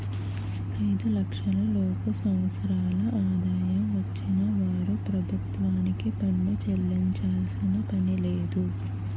ఐదు లక్షల లోపు సంవత్సరాల ఆదాయం వచ్చిన వారు ప్రభుత్వానికి పన్ను చెల్లించాల్సిన పనిలేదు